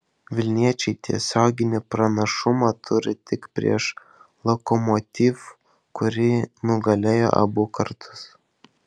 vilniečiai tiesioginį pranašumą turi tik prieš lokomotiv kurį nugalėjo abu kartus